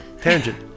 tangent